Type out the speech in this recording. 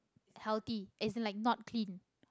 healthy as in like not clean